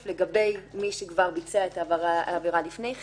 לגבי מי שכבר ביצע את העבירה לפני כן.